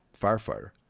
Firefighter